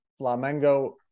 Flamengo